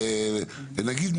נגיד,